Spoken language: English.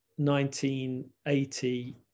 1980